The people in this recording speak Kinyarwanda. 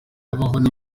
habaho